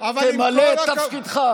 תמלא את תפקידך.